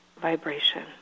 vibration